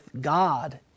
God